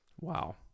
Wow